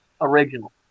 original